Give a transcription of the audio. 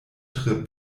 tre